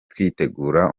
twitegura